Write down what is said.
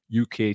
UK